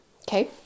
Okay